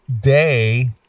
day